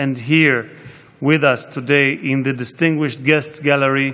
and here with us today in the Distinguished Guests Gallery: